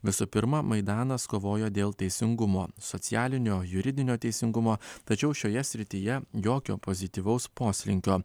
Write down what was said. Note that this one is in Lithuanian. visų pirma maidanas kovojo dėl teisingumo socialinio juridinio teisingumo tačiau šioje srityje jokio pozityvaus poslinkio